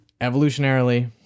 evolutionarily